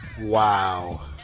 Wow